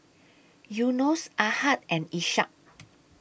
Yunos Ahad and Ishak